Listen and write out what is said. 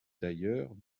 d’ailleurs